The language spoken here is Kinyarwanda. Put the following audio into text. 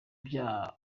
byaha